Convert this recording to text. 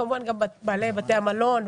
כמובן גם בעלי בתי המלון,